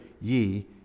ye